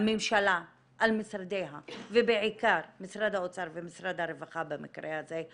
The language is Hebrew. הממשלה על משרדיה ובעיקר משרד האוצר ומשרד הרווחה במקרה הזה,